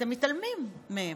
אתם מתעלמים מהם.